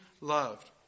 loved